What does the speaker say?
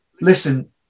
Listen